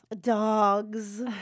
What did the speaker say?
Dogs